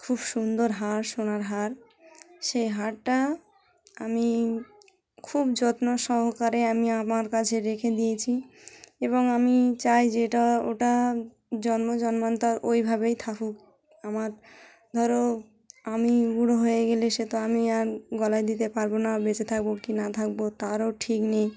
খুব সুন্দর হার সোনার হার সেই হারটা আমি খুব যত্ন সহকারে আমি আমার কাছে রেখে দিয়েছি এবং আমি চাই যে এটা ওটা জন্ম জন্মান্তর ওভাবেই থাকুক আমার ধরো আমি বুড়ো হয়ে গেলে সে তো আমি আর গলায় দিতে পারব না বেঁচে থাকব কি না থাকব তারও ঠিক নেই